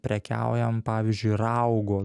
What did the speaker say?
prekiaujam pavyzdžiui raugo